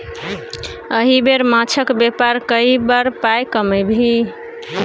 एहि बेर माछक बेपार कए बड़ पाय कमबिही